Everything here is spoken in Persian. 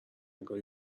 انگار